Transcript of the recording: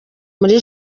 muri